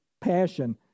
passion